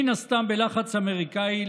מן הסתם בלחץ אמריקני,